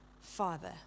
Father